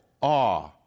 awe